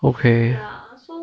okay